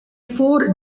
four